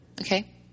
Okay